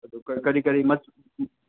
ꯑꯗꯨ ꯀꯔꯤ ꯀꯔꯤ ꯃꯆꯨ